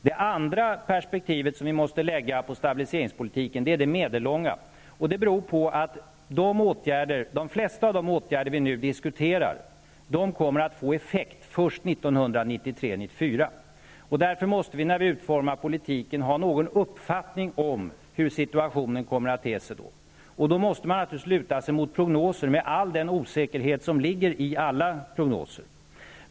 Det andra perspektivet som vi måste anlägga på stabiliseringspolitiken är det medellånga. De flesta av de åtgärder vi nu diskuterar kommer att få effekt först 1993/94. Därför måste vi när vi utformar politiken ha en uppfattning om hur situationen kommer att te sig då. Då måste man naturligtvis luta sig mot prognoser, med all den osäkerhet som ligger i alla prognoser.